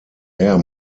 air